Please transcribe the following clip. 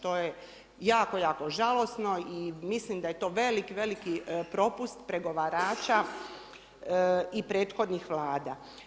To je jako, jako žalosno i mislim da je to velik, veliki propust pregovarača i prethodnih vlada.